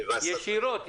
ישירות.